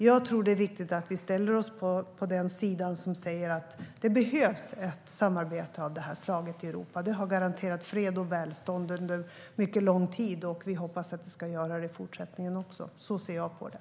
Det är viktigt att vi ställer oss på den sida som säger att det behövs ett samarbete av det slaget i Europa. Det har garanterat fred och välstånd under mycket lång tid. Vi hoppas också att det ska göra så i fortsättningen. Så ser jag på det.